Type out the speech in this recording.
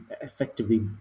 effectively